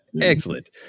Excellent